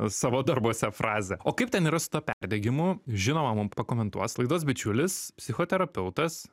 savo darbuose frazę o kaip ten yra su ta perdegimu žinoma mum pakomentuos laidos bičiulis psichoterapeutas